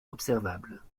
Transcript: observables